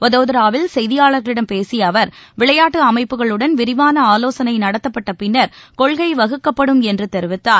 வதோதராவில் செய்தியாளர்களிடம் பேசிய அவர் விளையாட்டு அமைப்புகளுடன் விரிவான ஆலோசனை நடத்தப்பட்ட பின்னர் கொள்கை வகுக்கப்படும் என்று தெரிவித்தார்